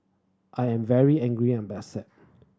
I am very angry and upset